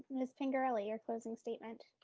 miss pingerelli your closing statement?